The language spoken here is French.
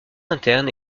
interne